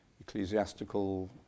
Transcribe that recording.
ecclesiastical